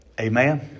Amen